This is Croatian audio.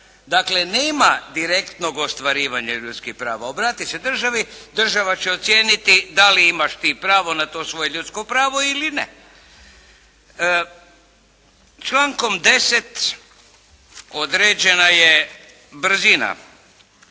Dakle nema direktnog ostvarivanja ljudskih prava. Obrati se državi, država će ocijeniti da li ti imaš pravo na to svoje ljudsko pravo ili ne. Člankom 10. određena je brzina